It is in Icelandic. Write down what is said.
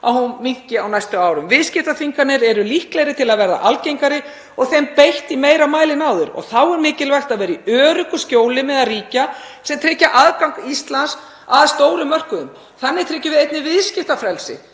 að hún minnki á næstu árum. Viðskiptaþvinganir eru líklegri til að verða algengari og þeim beitt í meira mæli en áður og þá er mikilvægt að vera í öruggu skjóli meðal ríkja sem tryggja aðgang Íslands að stórum mörkuðum. Þannig tryggjum við einnig viðskiptafrelsi